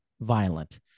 violent